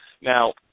Now